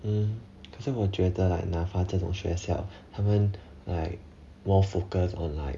hmm 可是我觉得 like NAFA 这种学校他们 like more focus on like